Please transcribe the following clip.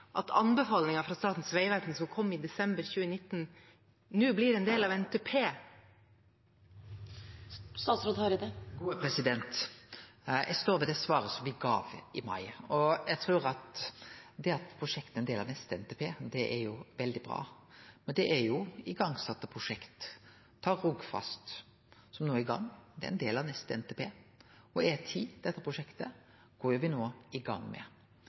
at anbefalingen fra Statens vegvesen som kom i desember 2019, nå blir en del av NTP? Eg står ved det svaret som eg ga i mai. Eg trur at det at prosjektet er ein del av neste NTP, er veldig bra. Det er jo prosjekt som er sette i gang. Ta Rogfast, som no er i gang: Det er ein del av neste NTP. E10, dette prosjektet, går me no i gang med.